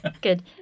Good